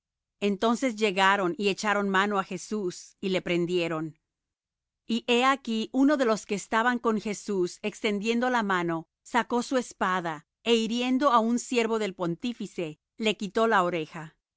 entonces llegaron y echaron mano á jesús y le prendieron y he aquí uno de los que estaban con jesús extendiendo la mano sacó su espada é hiriendo á un siervo del pontífice le quitó la oreja